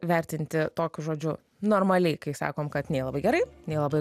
vertinti tokius žodžiu normaliai kai sakom kad nei labai gerai nei labai